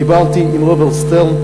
דיברתי עם רוברט שטרן,